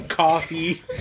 Coffee